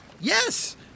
yes